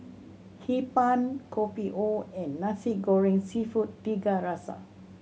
Hee Pan Kopi O and Nasi Goreng Seafood Tiga Rasa